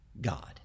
God